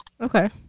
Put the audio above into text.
Okay